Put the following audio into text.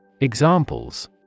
Examples